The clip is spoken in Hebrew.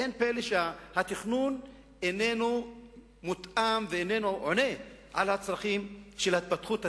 אין פלא שהתכנון אינו מותאם ואינו עונה על הצרכים של ההתפתחות הטבעית,